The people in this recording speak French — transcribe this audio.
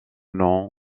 noms